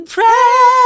Pray